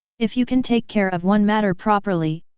if you can take care of one matter properly,